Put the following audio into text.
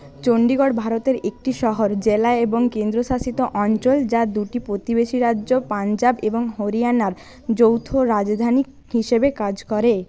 চন্ডীগড় ভারতের একটি শহর জেলা এবং কেন্দ্রশাসিত অঞ্চল যা দুটি প্রতিবেশী রাজ্য পঞ্জাব এবং হরিয়ানার যৌথ রাজধানী হিসেবে কাজ করে